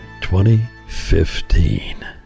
2015